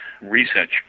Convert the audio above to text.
research